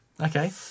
okay